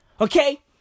okay